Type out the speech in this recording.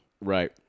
Right